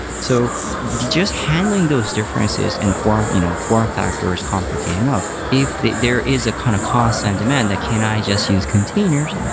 so just handling those differences and a for you know foreign factor is complicated enough. if there is a kind of cost and demand that can i just use containers,